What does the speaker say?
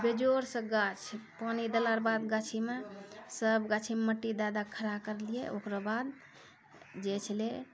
बेजोड़सँ गाछ पानि देला र बाद गाछीमे सभगाछीमे मट्टी दे दे कऽ खड़ा करलियै ओकरो बाद जे छलै